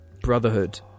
Brotherhood